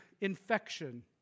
infection